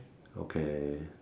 okay